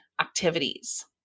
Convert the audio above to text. activities